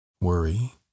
worry